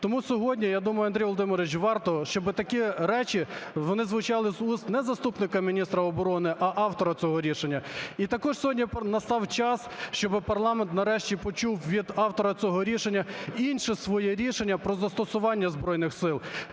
Тому сьогодні я думаю, Андрію Володимировичу, варто, щоб такі речі вони звучали з вуст не заступника міністра оборони, а автора цього рішення. І також сьогодні настав час, щоб парламент нарешті почув від автора цього рішення і інше своє рішення про застосування Збройних Сил.